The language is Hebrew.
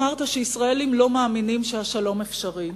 אמרת שהישראלים לא מאמינים שהשלום אפשרי.